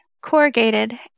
corrugated